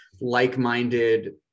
Like-minded